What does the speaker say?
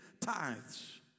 tithes